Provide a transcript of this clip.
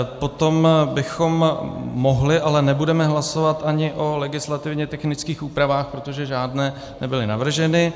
Potom bychom mohli, ale nebudeme hlasovat ani o legislativně technických úpravách, protože žádné nebyly navrženy.